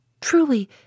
Truly